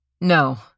No